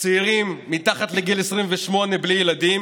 צעירים מתחת לגיל 28 בלי ילדים